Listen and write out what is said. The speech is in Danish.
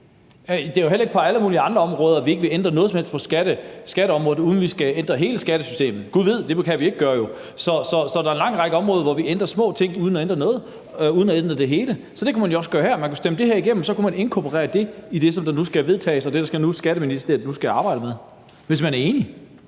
Det er jo heller ikke sådan på alle mulige andre områder, f.eks. skatteområdet, at vi ikke kan ændre noget her, uden at vi skal ændre hele skattesystemet – gud ved, at det kan vi jo ikke gøre. Så der er en lang række områder, hvor vi ændrer små ting uden at ændre det hele. Så det kunne man jo også gøre her, hvis man er enig; man kunne stemme det her igennem, og så kunne man inkorporere det i det, der nu skal vedtages, og i det, som Skatteministeriet nu skal arbejde med. Kl. 20:28 Tredje